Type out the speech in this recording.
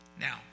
Now